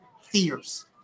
fears